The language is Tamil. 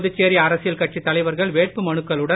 புதுச்சேரி அரசியல் கட்சித் தலைவர்கள் வேட்பு மனுக்களுடன்